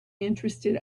interested